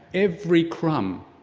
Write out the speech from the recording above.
every crumb,